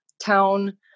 town